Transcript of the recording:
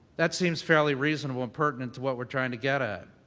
that seems fairly reasonable and pertinent to what we're trying to get at.